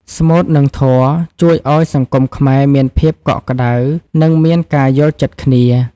ស្មូត និងធម៌ជួយឱ្យសង្គមខ្មែរមានភាពកក់ក្ដៅ និងមានការយល់ចិត្តគ្នា។